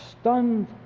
stunned